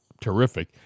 terrific